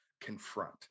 confront